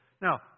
Now